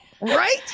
Right